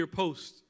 post